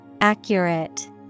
Accurate